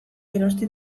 erosten